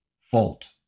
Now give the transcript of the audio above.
fault